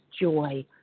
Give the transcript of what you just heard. joy